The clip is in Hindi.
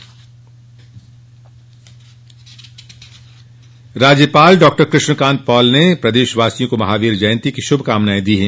श्भकामना राज्यपाल डॉ कृष्ण कांत पॉल ने प्रदेशवासियों को महावीर जयंती की शुभकामनाएं दी हैं